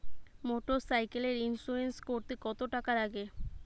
মোটরসাইকেলের ইন্সুরেন্স করতে কত টাকা লাগে?